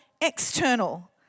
external